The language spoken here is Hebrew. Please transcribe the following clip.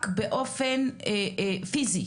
רק באופן פיזי.